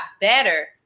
better